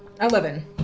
eleven